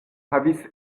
havis